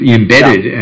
embedded